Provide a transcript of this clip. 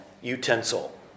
utensil